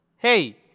Hey